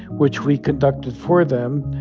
which we conducted for them,